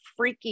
freaking